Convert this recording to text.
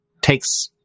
takes